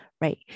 right